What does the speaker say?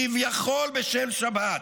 כביכול בשל שבת.